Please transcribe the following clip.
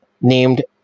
named